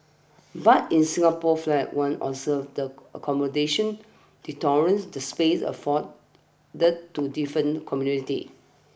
but in Singapore's flag one observes the accommodation the tolerance the space afforded the to different communities